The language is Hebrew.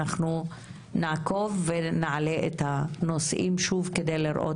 אנחנו נעקוב ונעלה את הנושאים הללו שוב על מנת לראות